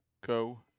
go